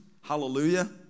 Hallelujah